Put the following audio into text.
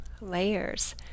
layers